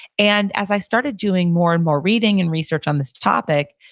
and as i started doing more and more reading and research on this topic,